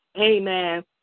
amen